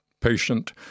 patient